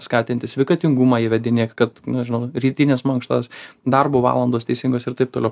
skatinti sveikatingumą įvedinėk kad nežinau rytines mankštas darbo valandos teisingos ir taip toliau